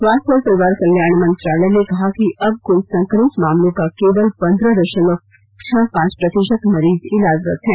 स्वास्थ्य और परिवार कल्याण मंत्रालय ने कहा कि अब कुल संक्रमित मामलों का केवल पंद्रह दशमलव छह पांच प्रतिशत मरीज इलाजरत हैं